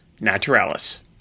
Naturalis